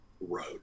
road